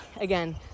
again